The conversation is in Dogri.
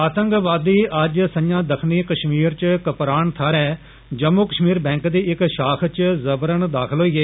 आतंकवादी अज्ज संजा दक्खनी कश्मीर च कपरान थाहर जम्मू कश्मीर बैंक दी इक शाख च जबरन दाखल होए